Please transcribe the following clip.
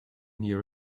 near